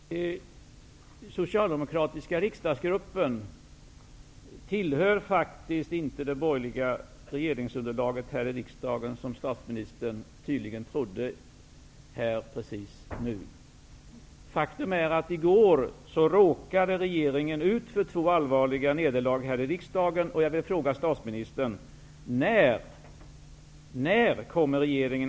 Fru talman! Socialdemokratiska riksdagsgruppen tillhör faktiskt inte det borgerliga regeringsunderlaget, som statsministern tydligen trodde. Faktum är att regeringen i går råkade ut för två allvarliga nederlag här i riksdagen.